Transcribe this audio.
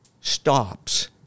stops